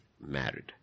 married